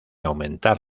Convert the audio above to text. aumentar